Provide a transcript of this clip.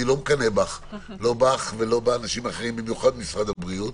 אני לא מקנא בך ולא באנשים אחרים במיוחד במשרד הבריאות.